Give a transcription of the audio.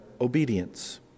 obedience